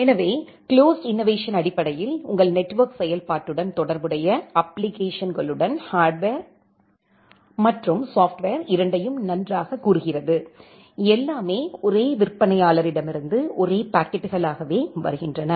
எனவே closed innovation அடிப்படையில் உங்கள் நெட்வொர்க் செயல்பாட்டுடன் தொடர்புடைய அப்பிளிகேஷன்ஸ்களுடன் ஹார்ட்வர் மற்றும் சாப்ட்வர் இரண்டையும் நன்றாகக் கூறுகிறது எல்லாமே ஒரே விற்பனையாளரிடமிருந்து ஒரே பாக்கெட்டுகளாகவே வருகின்றன